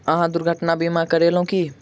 अहाँ दुर्घटना बीमा करेलौं की?